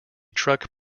truck